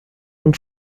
und